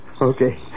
Okay